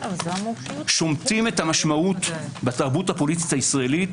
שומטים את המשמעות בתרבות הפוליטית הישראלית